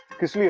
because yeah